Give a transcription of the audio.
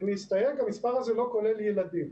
ואני אסתייג, המספר הזה לא כולל ילדים.